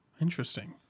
Interesting